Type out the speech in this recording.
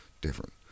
different